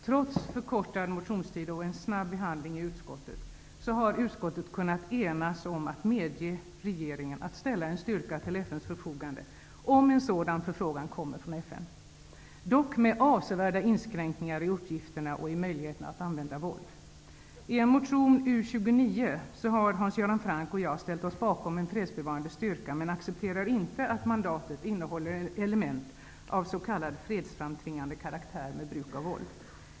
Trots förkortad motionstid och en snabb behandling i utskottet har vi i utskottet kunnat enas om ett medgivande till regeringen att ställa en styrka till FN:s förfogande, om en sådan förfrågan kommer från FN, dock med avsevärda inskränkningar i uppgifterna och i möjligheterna att använda våld. I en motion U29 har Hans Göran Franck och jag ställt oss bakom en fredsbevarande styrka, men vi accepterar inte att mandatet innehåller element av s.k. fredsframtvingande karaktär som ennebär att våld får brukas.